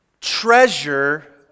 treasure